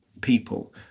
people